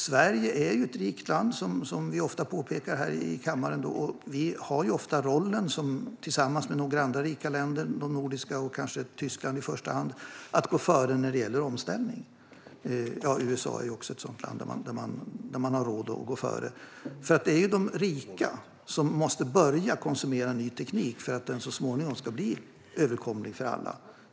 Sverige är ett rikt land, vilket vi ofta påpekar här i kammaren, och vi har tillsammans med några andra rika länder - de nordiska och kanske Tyskland, i första hand - rollen att gå före när det gäller omställningen. USA är också ett sådant land där man har råd att gå före. Det är nämligen de rika som måste börja konsumera ny teknik för att den så småningom ska bli överkomlig för alla.